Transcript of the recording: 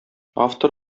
автор